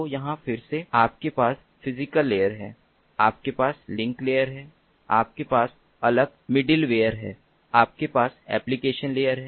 तो यहाँ फिर से आपके पास फिजीकल लेयर है आपके पास लिंक लेयर है आपके पास अलग मिडलवेयर है आपके पास एप्लिकेशन लेयर है